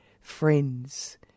Friends